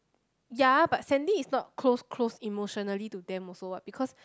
ya but Sandy is not close close emotionally to them also what because